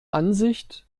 ansicht